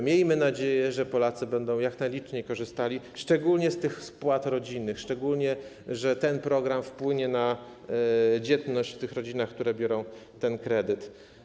Miejmy nadzieję, że Polacy będą jak najliczniej z tego korzystali, szczególnie z tych spłat rodzinnych, bo ten program wpłynie na dzietność w tych rodzinach, które biorą ten kredyt.